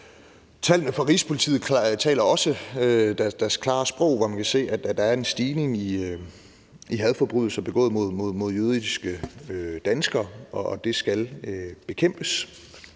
tallene fra Rigspolitiet taler også deres klare sprog, når man kan se, at der er en stigning i hadforbrydelser begået mod jødiske danskere. Det skal bekæmpes,